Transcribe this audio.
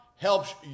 helps